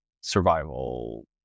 survival